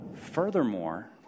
Furthermore